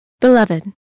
Beloved